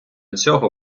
цього